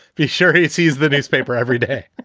he's sure he sees the newspaper every day.